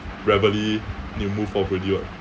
need to move off already [what]